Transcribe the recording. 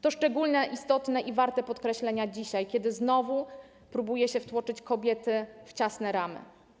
To szczególnie istotne i warte podkreślenia dzisiaj, kiedy znowu próbuje się wtłoczyć kobiety w ciasne ramy.